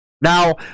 Now